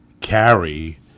carry